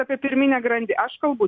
apie pirminę grandį aš kalbu